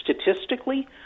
Statistically